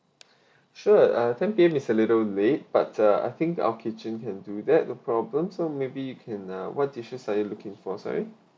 sure uh ten P_M is a little late but uh I think our kitchen can do that no problem so maybe you can uh what dishes are you looking for sorry